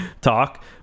talk